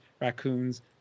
raccoons